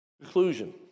Conclusion